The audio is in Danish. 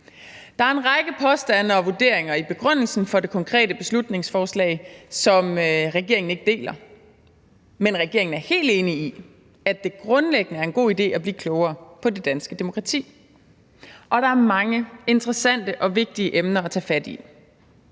Der er en række påstande og vurderinger i begrundelsen for det konkrete beslutningsforslag, som regeringen ikke deler, men regeringen er helt enig i, at det grundlæggende er en god idé at blive klogere på det danske demokrati, og der er mange interessante og vigtige emner at tage fat i.